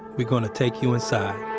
we're gonna take you inside.